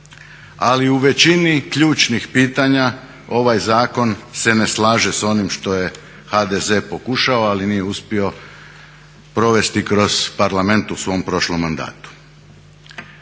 ali u većini ključnih pitanja ovaj zakon se ne slaže s onim što je HDZ pokušao ali nije uspio provesti kroz Parlament u svom prošlom mandatu.